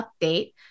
update